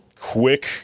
quick